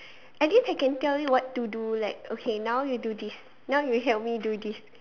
at least I can tell you what to do like okay now you do this now you help me do this